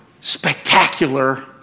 spectacular